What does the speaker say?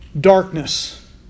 Darkness